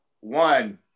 One